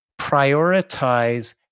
prioritize